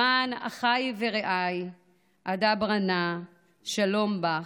למען אחי ורעי אדברה נא שלום בך.